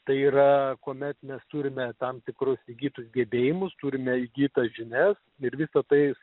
tai yra kuomet mes turime tam tikrus įgytus gebėjimus turime įgytas žinias ir visa tai